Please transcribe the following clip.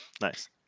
Nice